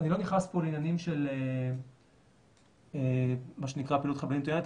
אני לא נכנס פה לעניינים של מה שנקרא פעילות חבלנית עוינת,